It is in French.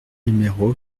numéro